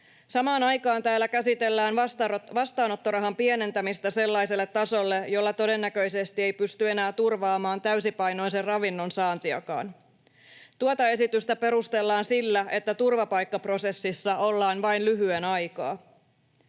Samaan aikaan täällä käsitellään vastaanottorahan pienentämistä sellaiselle tasolle, jolla todennäköisesti ei pysty enää turvaamaan täysipainoisen ravinnon saantiakaan. Tuota esitystä perustellaan sillä, että turvapaikkaprosessissa ollaan vain lyhyen aikaa.